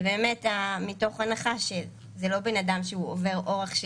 ובאמת מתוך הנחה שזה לא בן אדם שהוא עובר אורח,